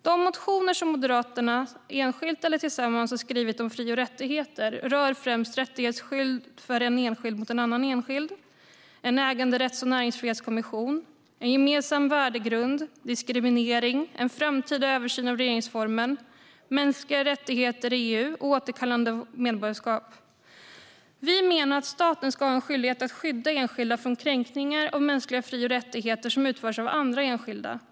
De motioner som Moderaterna, enskilt eller tillsammans, har skrivit om fri och rättigheter rör främst rättighetsskydd för en enskild mot en annan enskild, en äganderätts och näringsfrihetskommission, en gemensam värdegrund, diskriminering, en framtida översyn av regeringsformen, mänskliga rättigheter i EU och återkallande av medborgarskap. Vi menar att staten ska ha en skyldighet att skydda enskilda från kränkningar av mänskliga fri och rättigheter som utförs av andra enskilda.